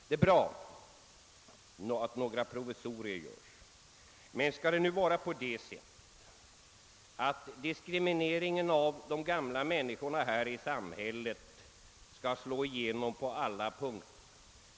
Det är bra att provisorier görs. Men skall det vara på det sättet, att diskrimineringen av de gamla människorna i samhället skall slå igenom på alla punkter?